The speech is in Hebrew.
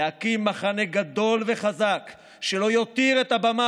להקים מחנה גדול וחזק שלא יותיר את הבמה